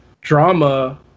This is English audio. drama